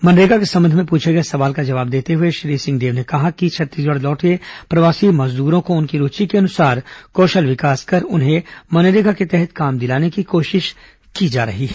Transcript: मनरेगा के संबंध में पूछे गए सवाल का जवाब देते हुए श्री सिंहदेव ने कहा कि छत्तीसगढ़ लौटे प्रवासी श्रमिकों को उनकी रुचि के अनुसार उनका कौशल विकास कर उन्हें मनरेगा के तहत काम दिलाने की कोशिश की जा रही है